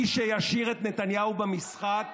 מי שישאיר את נתניהו במשחק